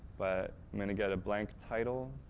but i'm going to get a blank title,